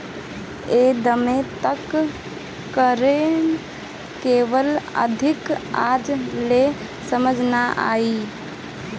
ई दाम तय करेके कवनो आधार आज ले समझ नाइ आइल